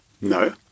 No